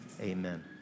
amen